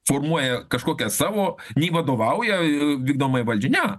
formuoja kažkokią savo nei vadovauja vykdomąjai valdžiai ne